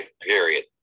period